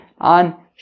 on